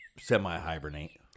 semi-hibernate